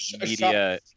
media